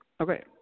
Okay